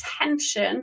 attention